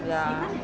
ya